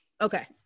Okay